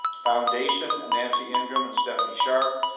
foundation, nancy ingram and stephanie sharp.